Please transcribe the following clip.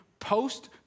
post